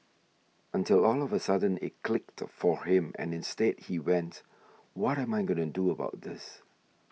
until all of a sudden it clicked for him and instead he went what am I doing about this